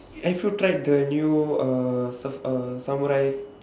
have you tried the new uh sa~ samurai